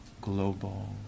global